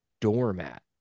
doormat